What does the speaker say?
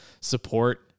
support